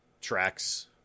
tracks